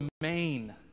remain